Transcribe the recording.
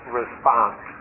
response